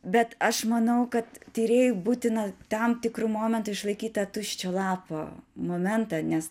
bet aš manau kad tyrėjui būtina tam tikru momentu išlaikyt tą tuščio lapo momentą nes